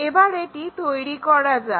এবার এটি তৈরি করা যাক